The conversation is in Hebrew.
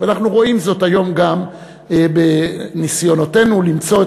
ואנחנו רואים זאת היום גם בניסיונותינו למצוא את